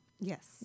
Yes